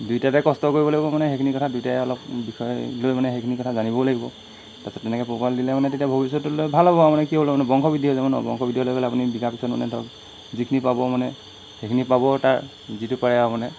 দুয়োটাতে কষ্ট কৰিব লাগিব মানে সেইখিনি কথা দুয়োটাই অলপ বিষয় লৈ মানে সেইখিনি কথা জানিবও লাগিব তাৰপিছত তেনেকৈ পোহপাল দিলে মানে তেতিয়া ভৱিষ্যতোলৈ ভাল হ'ব আৰু মানে কি হ'ল তাৰমানে বংশ বৃদ্ধি হৈ যাব ন বংশ বৃদ্ধি হ'লে আপুনি বিকা পিছত মানে ধৰক যিখিনি পাব মানে সেইখিনি পাব তাৰ যিটো পাৰে আৰু মানে